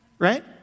Right